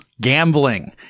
gambling